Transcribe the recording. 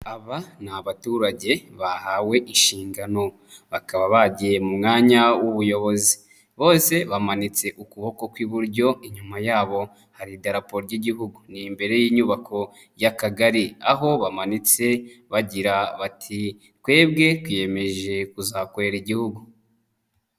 Aba ni abaturage bahawe inshingano. Bakaba bagiye mu mwanya w'ubuyobozi. Bose bamanitse ukuboko kw'iburyo, inyuma yabo hari idraporo ry'igihugu. Ni imbere y'inyubako y'akagari, aho bamanitse bagira bati" twebwe twiyemeje kuzakorera Igihugu".